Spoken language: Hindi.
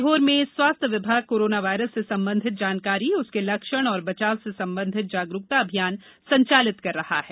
सीहोर में स्वास्थ्य विभाग कोरोना वायरस से संबंधित जानकारी उसके लक्ष्ण और बचाव से संबंधित जागरूकता अभियान संचालित कर रहा है